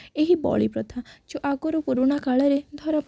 ଏହି ବଳି ପ୍ରଥା ଯେଉଁ ଆଗରୁ ପୁରୁଣା କାଳରେ ଧର